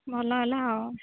ଭଲ ହେଲା ଆଉ